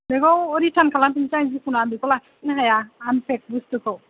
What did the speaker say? बेखौ रितार्न खालामफिनसै आं जिखुनु आं बेखौ लाखिनो हाया आनपेक बुस्तुखौ